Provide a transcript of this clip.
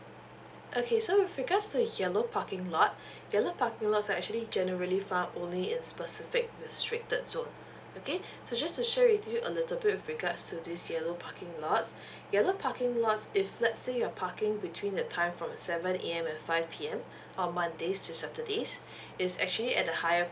okay so with regards to yellow parking lot yellow parking lots are actually generally found only in specific restricted zone okay so just to share with you a little bit with regards to this yellow parking lots yellow parking lots if let's say you're parking between the time from seven A_M and five P_M on mondays to sundays is actually at the higher